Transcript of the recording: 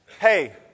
hey